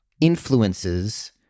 influences